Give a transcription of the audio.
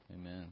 Amen